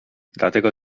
dlatego